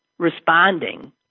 responding